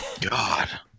God